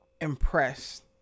impressed